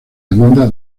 demanda